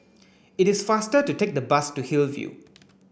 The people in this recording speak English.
it is faster to take the bus to Hillview